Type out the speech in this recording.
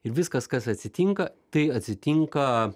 ir viskas kas atsitinka tai atsitinka